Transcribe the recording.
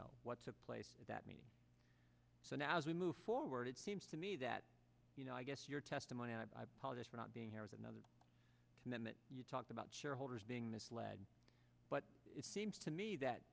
know what's a place that me so now as we move forward it seems to me that you know i guess your testimony and i apologize for not being here is another commitment you talk about shareholders being misled but it seems to me that